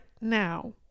now